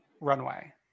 runway